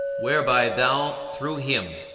whereby thou, through him,